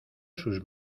sus